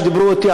שדיברו אתי,